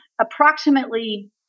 approximately